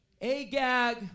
Agag